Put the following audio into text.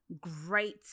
great